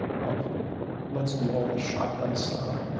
of let's do all this shotgun stuff.